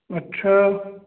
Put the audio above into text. अच्छा